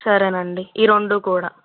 సరేనండి ఈ రెండు కూడా